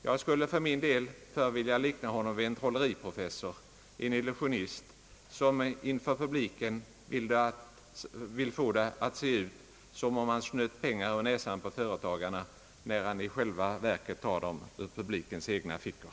Jag skulle för min del förr vilja likna honom vid en trolleriprofessor, en illusionist, som inför publiken vill få det att se ut som om han snöt pengar ur näsan på företagarna, när han i själva verket tar dem ur publikens egna fickor.